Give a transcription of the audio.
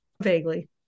Vaguely